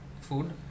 food